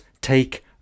take